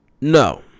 No